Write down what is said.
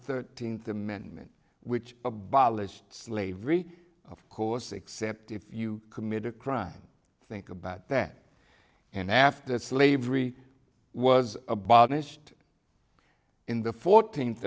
thirteenth amendment which abolished slavery of course except if you commit a crime think about that and after slavery was abolished in the fourteenth